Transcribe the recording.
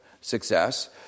success